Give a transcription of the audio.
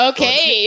Okay